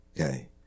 Okay